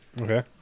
Okay